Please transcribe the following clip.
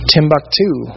Timbuktu